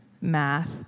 math